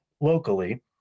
locally